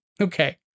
Okay